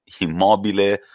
Immobile